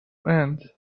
end